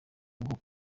ngo